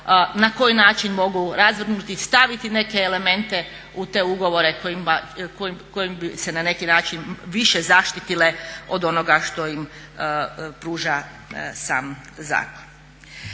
na koji način mogu razvrgnuti, staviti neke elemente u te ugovore kojim bi se na neki način više zaštitile od onoga što im pruža sam zakon.